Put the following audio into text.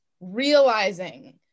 realizing